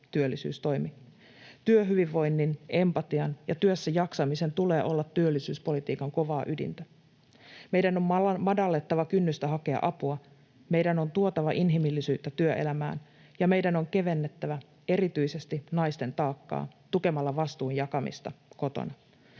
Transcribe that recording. työllisyystoimi. Työhyvinvoinnin, empatian ja työssäjaksamisen tulee olla työllisyyspolitiikan kovaa ydintä. Meidän on madallettava kynnystä hakea apua, meidän on tuotava inhimillisyyttä työelämään, ja meidän on kevennettävä erityisesti naisten taakkaa tukemalla vastuun jakamista kotona.